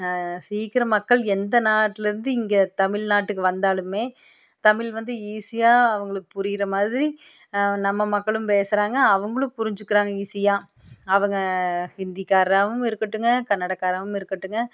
சீக்கிரம் மக்கள் எந்த நாட்டிலேருந்து இங்கே தமிழ்நாட்டுக்கு வந்தாலுமே தமிழ் வந்து ஈஸியாக அவங்களுக்கு புரிகிற மாதிரி நம்ம மக்களும் பேசுகிறாங்க அவங்களும் புரிஞ்சிக்கிறாங்க ஈஸியாக அவங்க ஹிந்தி காரராகவும் இருக்கட்டுங்க கன்னட காரராகவும் இருக்கட்டுங்க